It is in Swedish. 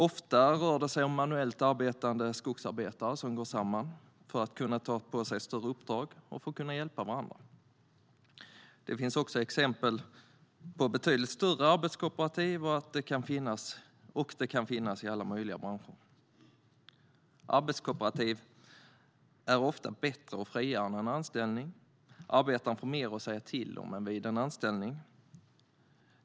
Ofta rör det sig om manuellt arbetande skogsarbetare som går samman för att kunna ta på sig större uppdrag och för att kunna hjälpa varandra. Det finns också exempel på betydligt större arbetskooperativ, och det kan finnas i alla möjliga branscher. Arbetskooperativ är ofta bättre och friare än en anställning. Arbetaren får mer att säga till om än vid en anställning.